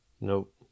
nope